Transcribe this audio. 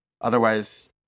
Otherwise